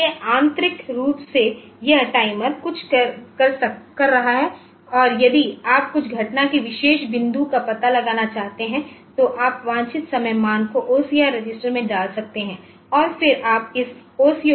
इसलिए आंतरिक रूप से यह टाइमर कुछ कर रहा है और यदि आप कुछ घटना की विशेष बिंदु का पता लगाना चाहते हैं तो आप वांछित समय मान को OCR रजिस्टर में डाल सकते हैं और फिर आप इस OCO पिन को देख सकते हैं